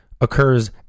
occurs